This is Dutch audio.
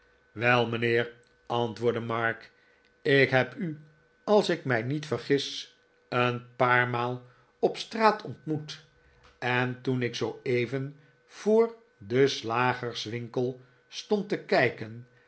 wel mijnheer antwoordde mark ik heb u als ik mij niet vergis een paar maal op straat ontmoet en toen ik zooeven voor dien slagerswinkel stond te kijken